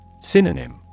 Synonym